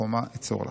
חומה אצור לך".